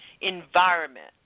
environment